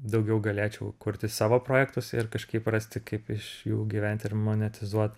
daugiau galėčiau kurti savo projektus ir kažkaip rasti kaip iš jų gyvent ir monetizuot